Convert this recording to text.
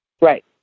right